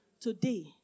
Today